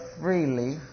freely